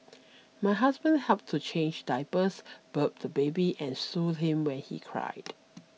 my husband helped to change diapers burp the baby and soothe him when he cried